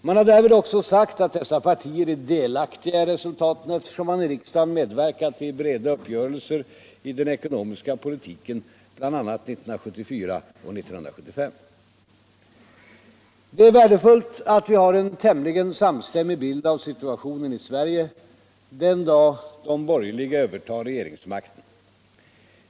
Man har därvid också sapt Allmänpolitisk debatt all dessa partier är delakviga i de här resultaten. eftersom man I riksdagen medverkat med breda uppgörelser i den ekonomiska politiken, bl.a. 1974 och 1975. Det är värdefullt att vi har en tämligen samstämmig bild av situationen i Sverige den dag de borgerliga övertar regeringsmakten.